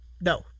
No